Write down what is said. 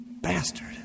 bastard